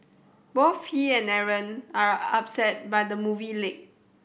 both he and Aaron are upset by the movie leak